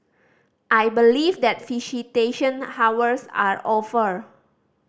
I believe that visitation hours are over